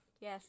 Yes